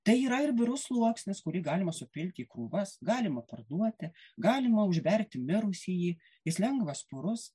tai yra ir birus sluoksnis kurį galima supilti krūvas galima parduoti galima užberti mirusįjį jis lengvas purus